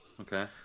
Okay